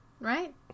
Right